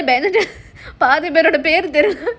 பாதி பேரோட பெரு தெரியாது:paathi peroda peru theriyaathu